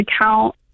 account